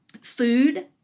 Food